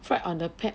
fried on the pad